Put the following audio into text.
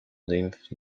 lymph